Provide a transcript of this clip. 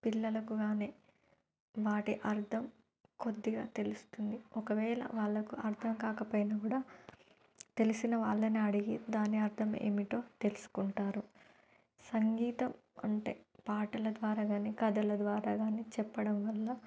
పిల్లలకు గానే వాటి అర్థం కొద్దిగా తెలుస్తుంది ఒకవేళ వాళ్ళకు అర్థం కాకపోయినా కూడా తెలిసిన వాళ్ళని అడిగి దాని అర్థం ఏమిటో తెలుసుకుంటారు సంగీతం అంటే పాటల ద్వారా గానీ కధల ద్వారా గానీ చెప్పడం వల్ల